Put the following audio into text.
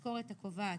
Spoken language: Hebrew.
אחרי סעיף קטן (ג)